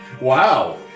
Wow